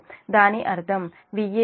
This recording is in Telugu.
దాని అర్థం Va1 Va2 Zf Ia1